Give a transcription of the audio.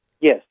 Yes